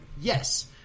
yes